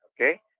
okay